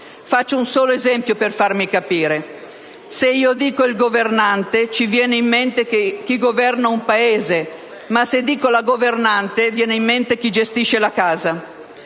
Faccio un solo esempio per farmi capire: se dico «il governante» ci viene in mente chi governa un Paese, ma se dico «la governante» viene in mente chi gestisce la casa.